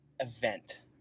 event